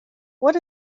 what